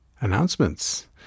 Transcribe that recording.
Announcements